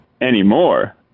anymore